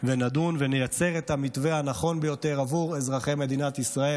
ונדון ונייצר את המתווה הנכון ביותר עבור אזרחי מדינת ישראל,